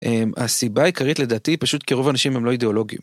הסיבה העיקרית לדעתי פשוט, כי רוב אנשים הם לא אידיאולוגים.